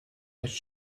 which